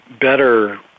better